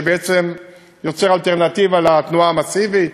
שיוצר אלטרנטיבה לתנועה המסיבית,